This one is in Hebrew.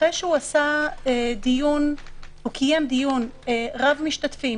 אחרי שהוא עשה דיון וקיים דיון רב משתתפים